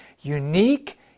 unique